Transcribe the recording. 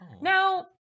Now